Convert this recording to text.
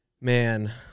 man